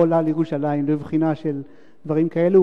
לא עולה לירושלים לבחינה של דברים כאלה.